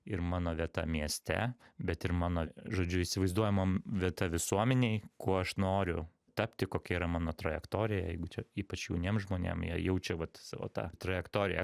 ir mano vieta mieste bet ir mano žodžiu įsivaizduojamam vieta visuomenėj kuo aš noriu tapti kokia yra mano trajektorija jeigu čia ypač jauniem žmonėm jie jaučia vat savo tą trajektoriją